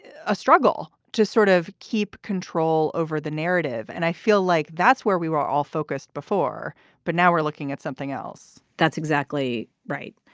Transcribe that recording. a struggle to sort of keep control over the narrative. and i feel like that's where we were all focused. for but now we're looking at something else that's exactly right.